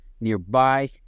nearby